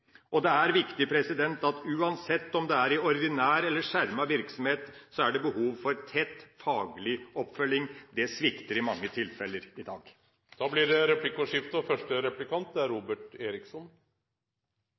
og god overgang. Det er viktig at uansett om det er i ordinær eller skjermet virksomhet, er det behov for tett faglig oppfølging. Det svikter i mange tilfeller i dag. Det blir replikkordskifte.